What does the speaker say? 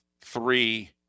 three